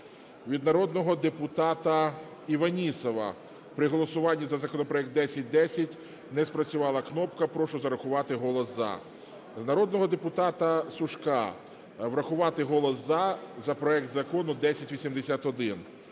Від народного депутата Іванісова: "При голосуванні за законопроект 1010 не спрацювала кнопка, прошу зарахувати голос за". Від народного депутата Сушка: врахувати голос "за" за проект Закону 1081.